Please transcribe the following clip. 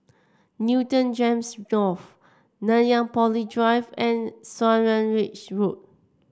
Newton Gems North Nanyang Poly Drive and Swanage Road